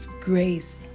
grace